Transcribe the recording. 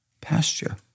pasture